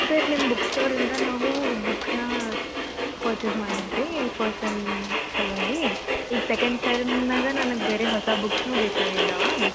sir ನಿಮ್ಮ book ಸ್ಟೋರಿಂದ ನಾವು ಬುಕ್ಸ್ನ ಪರ್ಚೇಸ್ ಮಾಡಿದ್ವಿ ಫಸ್ಟ್ ಸೆಮ್ ಸಲುವಾಗಿ ಈಗ ಸೆಕೆಂಡ್ ಸೆಮ್ನಾಗೆ ನನಗೆ ಬೇರೆ ಹೊಸ ಬುಕ್ಸ್ನು ಬೇಕಾಗಿದಾವೆ